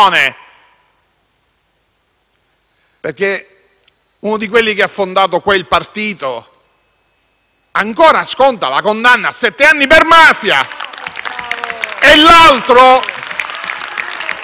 perché uno di quelli che ha fondato quel partito ancora sconta una condanna a sette anni per mafia.